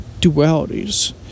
dualities